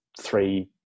three